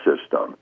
system